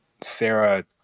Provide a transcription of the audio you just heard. Sarah